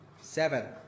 seven